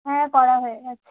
হ্যাঁ করা হয়ে গেছে